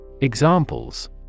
Examples